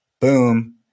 boom